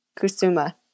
kusuma